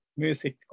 music